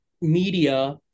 media